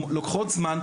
לוקחות זמן,